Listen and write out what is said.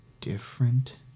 different